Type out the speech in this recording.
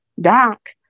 doc